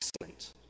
excellent